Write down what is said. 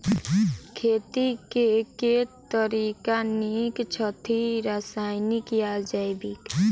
खेती केँ के तरीका नीक छथि, रासायनिक या जैविक?